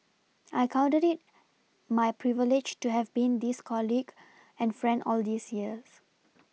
I counted it my privilege to have been this colleague and friend all these years